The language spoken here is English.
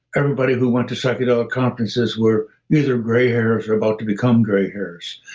everybody who went to psychedelic conferences were either gray hairs or about to become gray hairs.